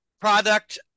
product